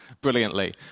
Brilliantly